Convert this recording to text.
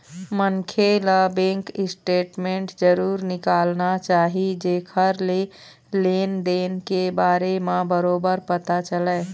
मनखे ल bank statement जरूर निकालना चाही जेखर ले लेन देन के बारे म बरोबर पता चलय